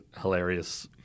hilarious